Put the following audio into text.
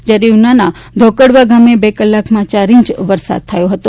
જ્યારે ઉનાના ધોકડવા ગામે બે કલાકમાં ચાર ઇંચ વરસાદ થયો છે